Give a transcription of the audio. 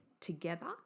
together